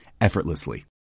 effortlessly